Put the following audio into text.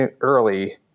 early